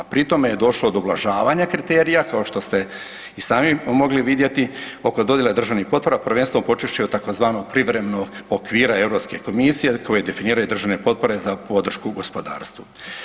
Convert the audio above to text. Pri tome je došlo do ublažavanja kriterija kao što ste i sami mogli vidjeti oko dodjele državnih potpora prvenstveno počevši od tzv. privremenog okvira Europske komisije koje definiraju državne potpore za podršku gospodarstvu.